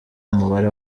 umubare